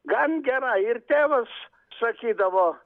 gan gera ir tėvas sakydavo